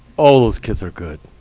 all those kids are good.